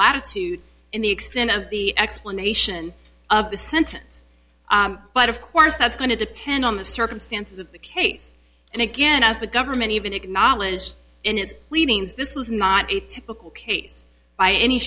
latitude in the extent of the explanation of the sentence but of course that's going to depend on the circumstances of the case and again as the government even acknowledged in its pleadings this was not a typical case by any